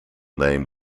name